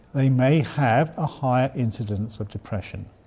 they may have a higher incidence of depression.